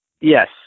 yes